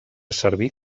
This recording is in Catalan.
servir